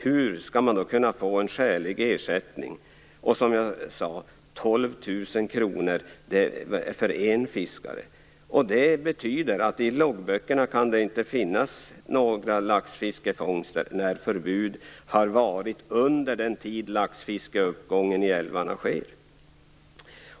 Som jag sade har en fiskare fått 12 000 kr. Det betyder att det i loggböckerna inte kan finnas några laxfiskefångster när det har varit förbud under den tid då laxfiskeuppgången i älvarna sker.